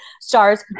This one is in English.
stars